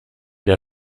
der